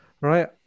Right